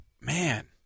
Man